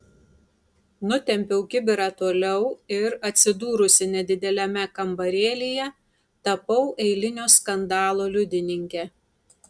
nutempiau kibirą toliau ir atsidūrusi nedideliame kambarėlyje tapau eilinio skandalo liudininke